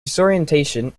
disorientation